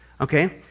Okay